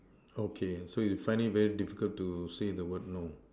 okay so you find it very difficult to say the word no